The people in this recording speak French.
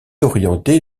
orienté